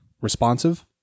responsive